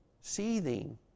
seething